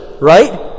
Right